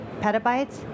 petabytes